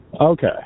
Okay